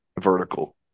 vertical